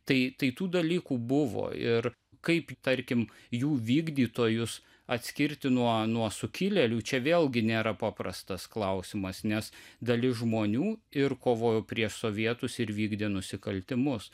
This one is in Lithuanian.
tai tai tų dalykų buvo ir kaip tarkim jų vykdytojus atskirti nuo nuo sukilėlių čia vėlgi nėra paprastas klausimas nes dalis žmonių ir kovojo prieš sovietus ir vykdė nusikaltimus